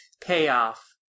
payoff